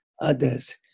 others